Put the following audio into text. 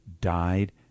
died